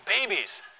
Babies